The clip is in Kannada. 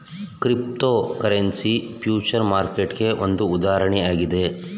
ಕ್ರಿಪ್ತೋಕರೆನ್ಸಿ ಫ್ಯೂಚರ್ ಮಾರ್ಕೆಟ್ಗೆ ಒಂದು ಉದಾಹರಣೆಯಾಗಿದೆ